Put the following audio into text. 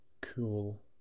cool